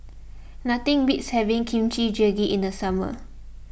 nothing beats having Kimchi Jjigae in the summer